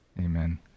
Amen